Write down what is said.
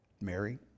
Mary